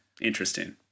interesting